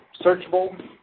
searchable